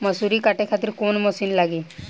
मसूरी काटे खातिर कोवन मसिन लागी?